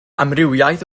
amrywiaeth